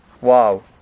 Wow